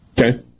Okay